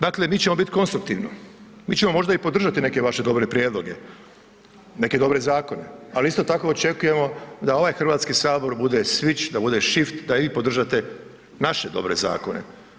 Dakle, mi ćemo biti konstruktivni, mi ćemo možda i podržati neke vaše dobre prijedloge, neke dobre zakone, ali isto tako očekujemo da ovaj Hrvatski sabor bude switch, da bude shift, da i vi podržite naše dobre zakone.